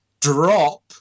drop